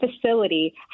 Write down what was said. facility